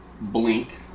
blink